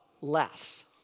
less